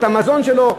את המזון שלו?